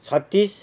छत्तिस